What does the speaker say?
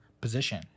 position